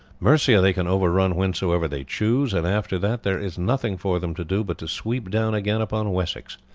mercia they can overrun whensoever they choose, and after that there is nothing for them to do but to sweep down again upon wessex,